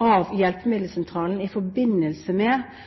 av hjelpemiddelsentralene i forbindelse med